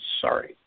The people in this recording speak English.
Sorry